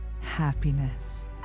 Happiness